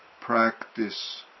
practice